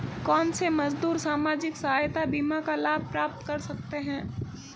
कौनसे मजदूर सामाजिक सहायता बीमा का लाभ प्राप्त कर सकते हैं?